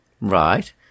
right